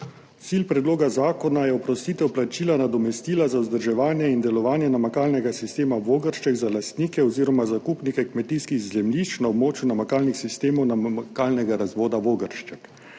Cilj predloga zakona je oprostitev plačila nadomestila za vzdrževanje in delovanje namakalnega sistema Vogršček za lastnike oziroma zakupnike kmetijskih zemljišč na območju namakalnih sistemov namakalnega razvoda Vogršček.